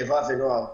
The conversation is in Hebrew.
חברה ונוער.